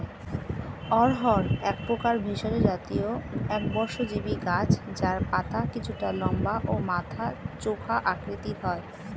অড়হর একপ্রকার ভেষজ জাতীয় একবর্ষজীবি গাছ যার পাতা কিছুটা লম্বা ও মাথা চোখা আকৃতির হয়